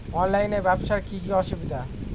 অনলাইনে ব্যবসার কি কি অসুবিধা?